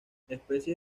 especies